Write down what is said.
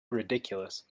ridiculous